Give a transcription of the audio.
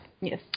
Yes